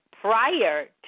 prior